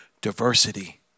diversity